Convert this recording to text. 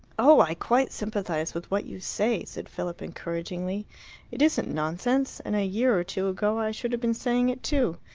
oh, i quite sympathize with what you say, said philip encouragingly it isn't nonsense, and a year or two ago i should have been saying it too.